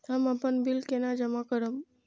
हम अपन बिल केना जमा करब?